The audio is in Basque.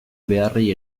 beharrei